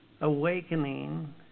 awakening